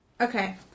Okay